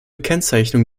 kennzeichnung